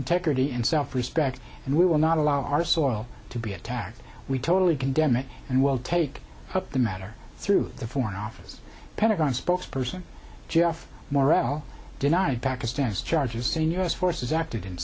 integrity and self respect and we will not allow our soil to be attacked we totally condemn it and will take up the matter through the foreign office pentagon spokesperson geoff morrell denied pakistan's charges saying u s forces acted in